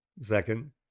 Second